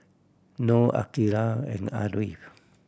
Noah Andika and Ariff